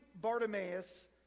Bartimaeus